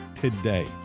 today